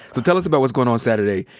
so tell us about what's goin' on saturday.